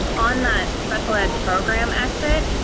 on that special ed. program exit,